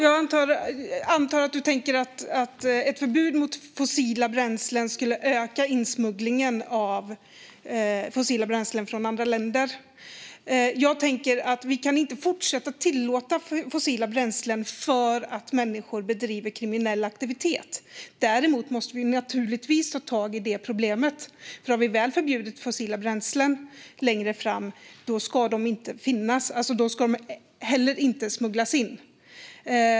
Fru talman! Jag antar att du tänker, Thomas Morell, att ett förbud mot fossila bränslen skulle öka insmugglingen av fossila bränslen från andra länder. Jag tänker att vi inte kan fortsätta att tillåta fossila bränslen för att människor bedriver kriminell aktivitet. Däremot måste vi naturligtvis ta tag i problemet, för har vi väl förbjudit fossila bränslen längre fram ska de heller inte smugglas in.